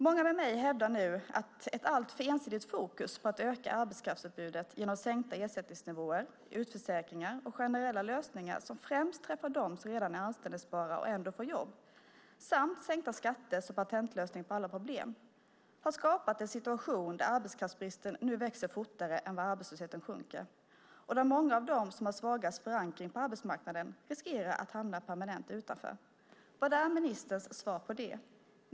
Många med mig hävdar nu att alltför ensidigt fokus på att öka arbetskraftsutbudet genom sänkta ersättningsnivåer, utförsäkringar och generella lösningar som främst träffar dem som redan är anställbara och ändå får jobb samt sänkta skatter som patentlösning på alla problem har skapat en situation där arbetskraftsbristen nu växer fortare än arbetslösheten sjunker och där många av dem som har svagast förankring på arbetsmarknaden riskerar att hamna permanent utanför. Vad är ministerns svar på det?